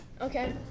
Okay